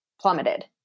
plummeted